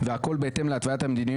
יש הרבה הערות